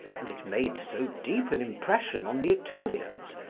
and it made so deep an impression on the italians,